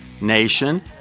nation